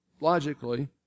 logically